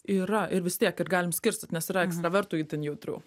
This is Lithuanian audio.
yra ir vis tiek ir galim skirstyt nes yra ekstravertų itin jautrių